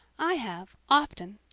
i have, often.